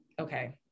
okay